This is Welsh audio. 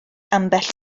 ambell